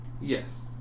Yes